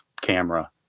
camera